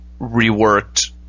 reworked